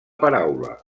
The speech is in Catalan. paraula